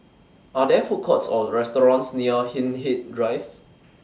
Are There Food Courts Or restaurants near Hindhede Drive